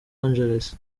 angeles